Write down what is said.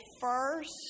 first